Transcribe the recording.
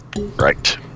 Right